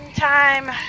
Time